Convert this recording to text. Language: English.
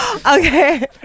Okay